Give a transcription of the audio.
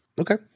Okay